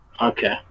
Okay